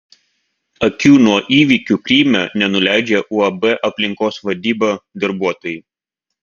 akių nuo įvykių kryme nenuleidžia uab aplinkos vadyba darbuotojai